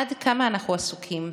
עד כמה אנחנו עסוקים,